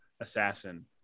assassin